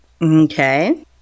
Okay